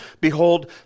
Behold